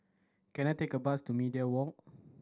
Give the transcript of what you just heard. can I take a bus to Media Walk